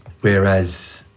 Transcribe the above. whereas